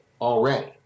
already